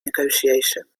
negotiation